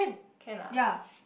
can ah